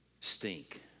stink